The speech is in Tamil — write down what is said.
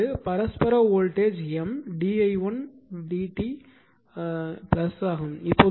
இப்போது பரஸ்பர voltage M d i1 dt ஆகும்